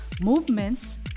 movements